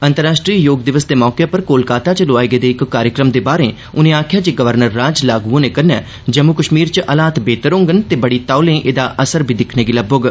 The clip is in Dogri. अंतर्राश्ट्री योग दिवस दे मौके उप्पर कोलकाता च लोआए गेदे इक कार्यक्रम च उनें आखेआ जे गवर्नर राज लागू होने कन्नै जम्मू कश्मीर च हालात बेहतर होङन ते बड़ी तौले एहदा असर बी दिक्खने गी लब्बोग